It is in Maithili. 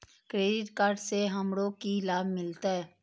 क्रेडिट कार्ड से हमरो की लाभ मिलते?